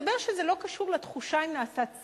מסתבר שזה לא קשור לתחושה אם נעשה צדק.